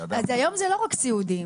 אז היום זה לא רק סיעודיים,